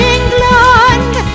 England